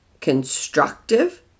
constructive